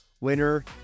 winner